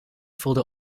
voelde